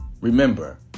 remember